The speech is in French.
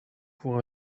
pour